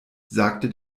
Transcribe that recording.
sagte